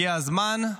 הגיע הזמן.